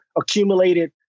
accumulated